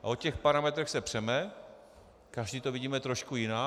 A o těch parametrech se přeme, každý to vidíme trošku jinak.